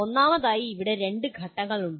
ഒന്നാമതായി ഇവിടെ രണ്ട് ഘട്ടങ്ങളുണ്ട്